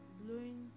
blowing